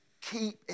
Keep